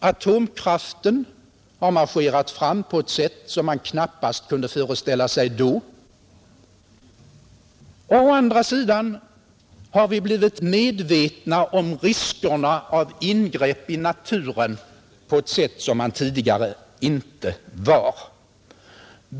Atomkraften har marscherat fram på ett sätt som man knappast kunde föreställa sig då. Och samtidigt har vi blivit medvetna om riskerna av ingrepp i naturen på ett sätt som vi tidigare inte var.